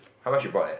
how much you bought at